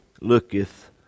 looketh